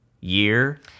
year